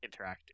interactive